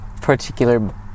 particular